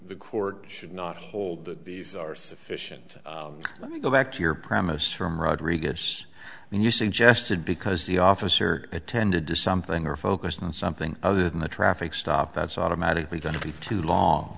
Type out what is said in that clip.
the court should not hold these are sufficient let me go back to your premise from rodriguez and you suggested because the officer attended to something or focused on something other than the traffic stop that's automatically going to be too long